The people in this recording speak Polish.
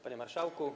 Panie Marszałku!